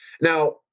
Now